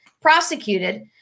Prosecuted